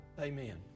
Amen